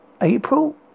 April